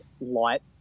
light